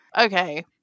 Okay